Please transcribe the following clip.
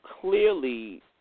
clearly